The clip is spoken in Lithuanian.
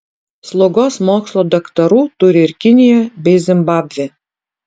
slaugos mokslo daktarų turi ir kinija bei zimbabvė